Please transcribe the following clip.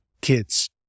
kids